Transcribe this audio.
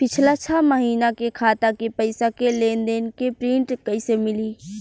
पिछला छह महीना के खाता के पइसा के लेन देन के प्रींट कइसे मिली?